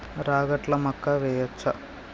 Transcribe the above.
రాగట్ల మక్కా వెయ్యచ్చా?